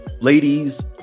ladies